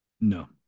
No